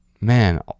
man